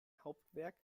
hauptwerk